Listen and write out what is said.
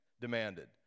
demanded